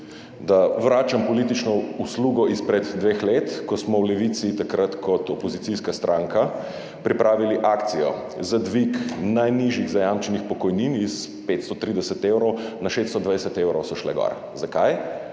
da vračam politično uslugo izpred dveh let, ko smo v Levici takrat kot opozicijska stranka pripravili akcijo za dvig najnižjih zajamčenih pokojnin s 530 evrov na 620 evrov, šle so gor. Zakaj?